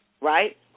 Right